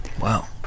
Wow